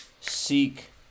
seek